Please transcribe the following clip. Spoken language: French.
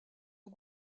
aux